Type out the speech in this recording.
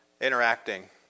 interacting